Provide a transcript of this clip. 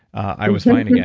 i was fine again.